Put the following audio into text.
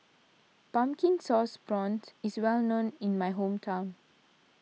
Pumpkin Sauce Prawns is well known in my hometown